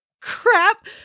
crap